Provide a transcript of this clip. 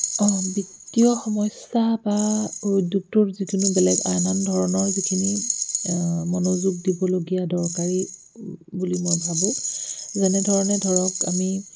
বিত্তীয় সমস্যা বা উদ্যোগটোৰ যিকোনো বেলেগ আন আন ধৰণৰ যিখিনি মনোযোগ দিবলগীয়া দৰকাৰী বুলি মই ভাবোঁ যেনেধৰণে ধৰক আমি